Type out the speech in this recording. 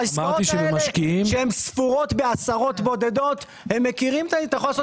שהן ספורות בעשרות בודדות אתה יכול לעשות